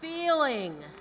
feeling